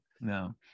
No